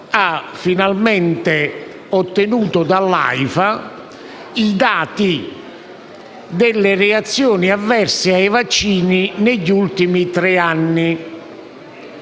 ha finalmente ottenuto dall'Aifa i dati sulle reazioni avverse ai vaccini negli ultimi tre anni.